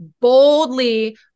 boldly